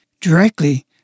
directly